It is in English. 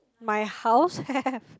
my house have